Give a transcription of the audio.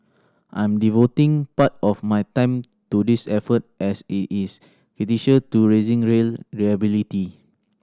I am devoting part of my time to this effort as it is critical to raising rail reliability